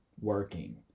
working